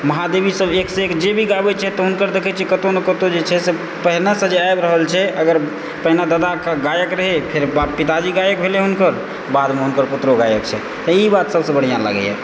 महादेवी सभ एकसँ एक जे भी गाबैत छै तऽ हुनकर देखैत छी कतहु ने कतहु जे छै पहिनेसँ जे आबि रहल छै अगर पहिने दादा गायक रहै फेर बाप पिताजी गायक भेलै हुनकर बादमे हुनकर पुत्र गायक छै तऽ ई बात सभसँ बढ़िआँ लागैए